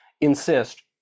insist